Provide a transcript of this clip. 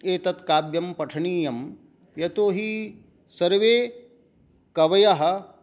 एतत् काव्यं पठनीयं यतोहि सर्वे कवयः